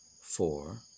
four